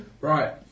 Right